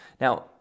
Now